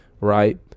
right